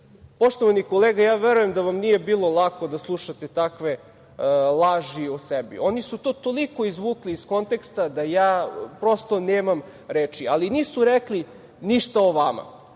Poštovani kolega, ja verujem da vam nije bilo lako da slušate takve laži o sebi. Oni su to toliko izvukli iz konteksta da ja prosto nemam reči, ali nisu rekli ništa o vama.